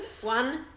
One